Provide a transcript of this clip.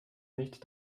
nicht